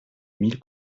mille